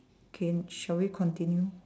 can shall we continue